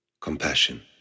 Compassion